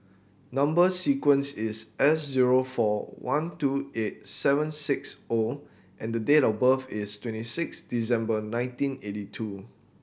number sequence is S zero four one two eight seven six O and the date of birth is twenty six December nineteen eighty two